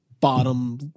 bottom